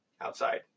outside